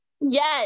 Yes